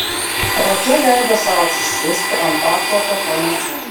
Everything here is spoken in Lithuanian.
radža leido sau atsisėsti ant apkloto po medžiu